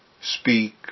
speak